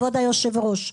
כבוד היושב-ראש,